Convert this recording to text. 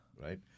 Right